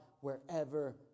wherever